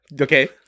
Okay